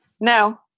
No